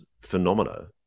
phenomena